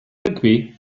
rygbi